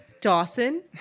Dawson